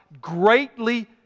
greatly